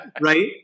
right